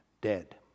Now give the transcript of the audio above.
dead